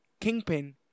Kingpin